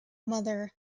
mother